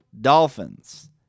Dolphins